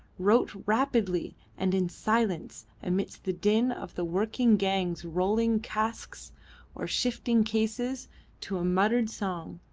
wrote rapidly and in silence amidst the din of the working gangs rolling casks or shifting cases to a muttered song,